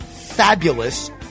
fabulous